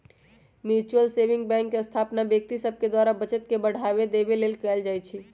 mutual saving bank के स्थापना व्यक्ति सभ द्वारा बचत के बढ़ावा देबे लेल कयल जाइ छइ